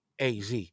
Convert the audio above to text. AZ